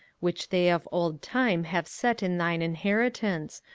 which they of old time have set in thine inheritance,